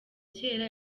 cyera